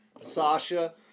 Sasha